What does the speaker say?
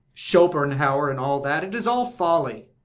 schopenhauer and all that, it is all folly.